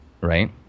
Right